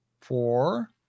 four